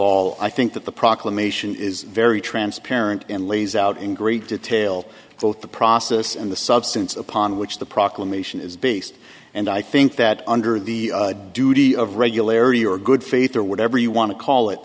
all i think that the proclamation is very transparent and lays out in great detail both the process and the substance upon which the proclamation is based and i think that under the duty of regularity or good faith or whatever you want to call it